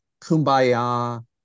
kumbaya